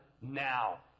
now